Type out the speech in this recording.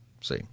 See